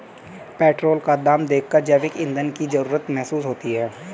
petrol का दाम देखकर जैविक ईंधन की जरूरत महसूस होती है